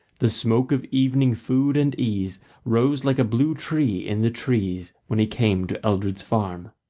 the smoke of evening food and ease rose like a blue tree in the trees when he came to eldred's farm.